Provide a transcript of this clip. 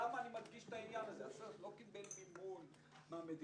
למה אני מדגיש את זה, הסרט לא קיבל מימון מהמדינה.